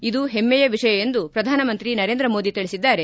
ಇದು ಹೆಮ್ಮೆಯ ವಿಷಯ ಎಂದು ಪ್ರಧಾನಿ ನರೇಂದ್ರ ಮೋದಿ ತಿಳಿಸಿದ್ದಾರೆ